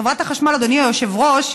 חברת החשמל, אדוני היושב-ראש,